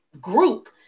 group